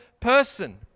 person